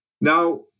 Now